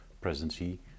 presidency